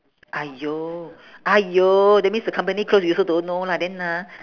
!aiyo! !aiyo! that means the company close you also don't know lah then ah